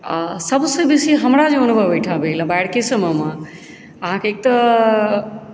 आ सबसँ बेसी हमरा जे अनुभव एहिठाम भेल बाढ़िकेँ समयमे आहाँके एक तऽ